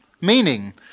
meaning